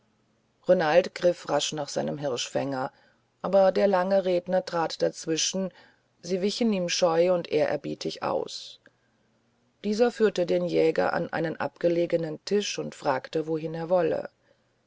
renald griff rasch nach seinem hirschfänger aber der lange redner trat dazwischen sie wichen ihm scheu und ehrerbietig aus dieser führte den jäger an einen abgelegenen tisch und fragte wohin er wolle